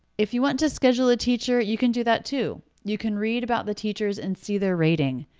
if you want to schedule a teacher you can do that too. you can read about the teachers and see their rating.